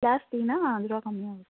class டீன்னா அஞ்சுருவா கம்மியாக வரும்